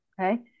okay